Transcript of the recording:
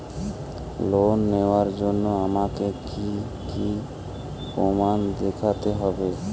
Loan নেওয়ার জন্য আমাকে কী কী প্রমাণ দেখতে হবে?